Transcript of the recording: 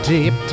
Deep